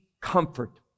comfort